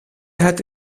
het